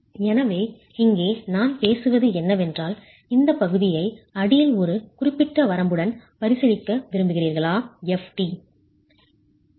எனவே இங்கே நான் பேசுவது என்னவென்றால் இந்த பகுதியை அடியில் ஒரு குறிப்பிட்ட வரம்புடன் பரிசீலிக்க விரும்புகிறீர்களா Ft